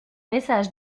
message